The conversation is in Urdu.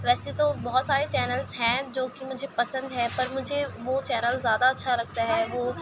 ویسے تو بہت سارے چینلس ہیں جو کہ مجھے پسند ہے پر مجھے وہ چینل زیادہ اچّھا لگتا ہے وہ